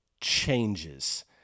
changes